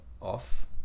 off